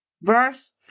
Verse